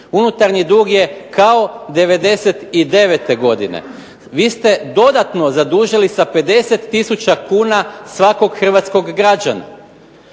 Unutarnji dug je kao i '99. godine. Vi ste dodatno zadužili sa 50000 kuna svakog hrvatskog građana,